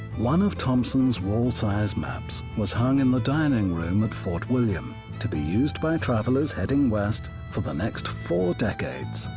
one of thompson's wall size maps was hung in the dining room at fort william to be used by travelers heading west for the next four decades.